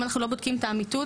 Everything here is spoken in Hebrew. אם אנחנו לא בודקים את האמיתות